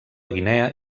guinea